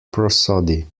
prosody